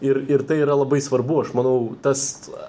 ir ir tai yra labai svarbu aš manau tas